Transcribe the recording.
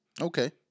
Okay